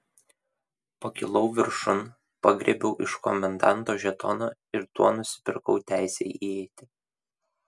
pakilau viršun pagriebiau iš komendanto žetoną ir tuo nusipirkau teisę įeiti